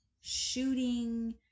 shooting